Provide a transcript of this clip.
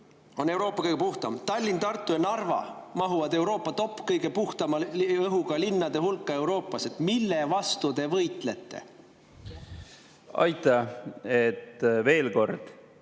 on Euroopa kõige puhtam, Tallinn, Tartu ja Narva mahuvad kõige puhtama õhuga linnade hulka Euroopas. Mille vastu te võitlete? Aitäh! Veel kord: